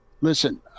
Listen